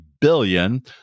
billion